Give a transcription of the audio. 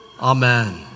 Amen